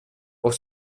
pour